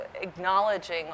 acknowledging